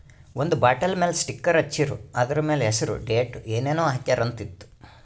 ಒಂದ್ ಬಾಟಲ್ ಮ್ಯಾಲ ಸ್ಟಿಕ್ಕರ್ ಹಚ್ಚಿರು, ಅದುರ್ ಮ್ಯಾಲ ಹೆಸರ್, ಡೇಟ್, ಏನೇನ್ ಹಾಕ್ಯಾರ ಅಂತ್ ಇತ್ತು